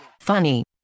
Funny